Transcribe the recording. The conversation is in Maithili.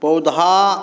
पौधाके